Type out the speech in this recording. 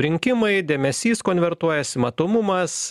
rinkimai dėmesys konvertuojasi matomumas